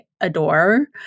adore